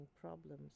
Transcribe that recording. problems